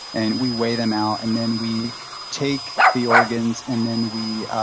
and we weigh them out. and then we take the organs, and then we